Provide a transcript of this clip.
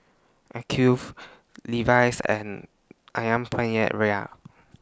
Acuvue Levi's and Ayam Penyet Ria